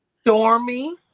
stormy